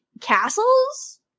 castles